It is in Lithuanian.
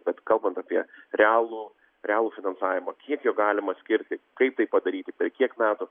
bet kalbant apie realų realų finansavimą kiek jo galima skirti kaip tai padaryti per kiek metų